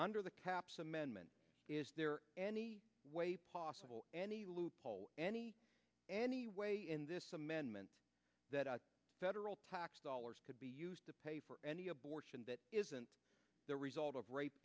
under the caps amendment is there any way possible any loophole any any way in this amendment that federal tax dollars could be used to pay for any abortion that isn't the result of rape